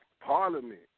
parliament